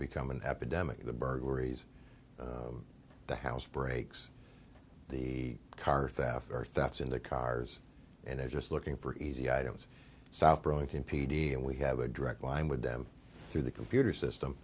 become an epidemic the burglaries the house breaks the car theft or thefts in the cars and they're just looking for easy items south burlington p d and we have a direct line with them through the computer system